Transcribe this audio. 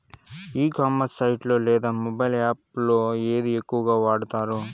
ఈ commerce site లో లేదా మొబైల్ యాప్ లో ఏది ఎక్కువగా వాడుతారు?